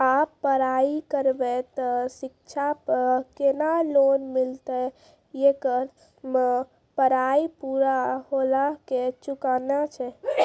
आप पराई करेव ते शिक्षा पे केना लोन मिलते येकर मे पराई पुरा होला के चुकाना छै?